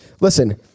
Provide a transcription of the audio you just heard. Listen